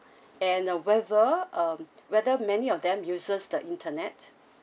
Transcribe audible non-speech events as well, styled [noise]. [breath] and uh whether um whether many of them uses the internet